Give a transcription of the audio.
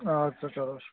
اَدٕ سا چَلو